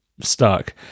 stuck